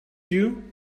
you